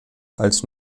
als